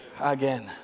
Again